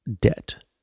debt